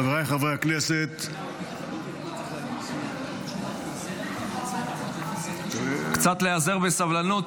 חבריי חברי הכנסת --- להיאזר קצת בסבלנות,